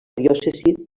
diòcesi